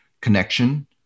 connection